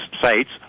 sites